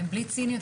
בלי ציניות,